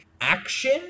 Action